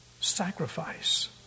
sacrifice